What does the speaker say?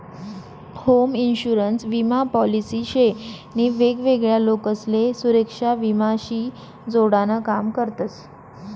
home insurance विमा policy शे नी वेगवेगळा लोकसले सुरेक्षा विमा शी जोडान काम करतस